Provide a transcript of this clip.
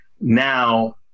now